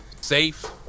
safe